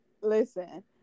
Listen